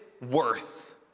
worth